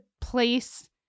place